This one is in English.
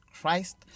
Christ